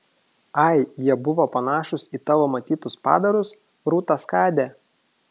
ai jie buvo panašūs į tavo matytus padarus rūta skade